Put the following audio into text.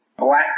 black